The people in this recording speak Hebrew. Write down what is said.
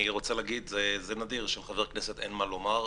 רוצה להגיד שזה נדיר שלחבר כנסת אין מה לומר,